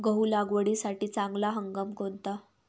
गहू लागवडीसाठी चांगला हंगाम कोणता?